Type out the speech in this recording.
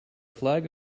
flag